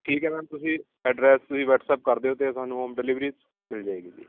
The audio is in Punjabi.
ਠੀਕ ਹੈ ਮੈਮ ਤੁਸੀਂ ਐਡਰੈਸ ਤੁਸੀਂ ਵਟਸਐਪ ਕਰ ਦਿਓ ਅਤੇ ਤੁਹਾਨੂੰ ਹੋਮ ਡਿਲੀਵਰੀ ਮਿਲ ਜਾਏਗੀ ਜੀ